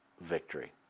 victory